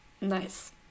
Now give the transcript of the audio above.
Nice